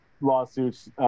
lawsuits